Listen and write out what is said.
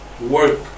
work